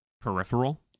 peripheral